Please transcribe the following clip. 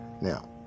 Now